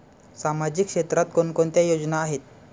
सामाजिक क्षेत्रात कोणकोणत्या योजना आहेत?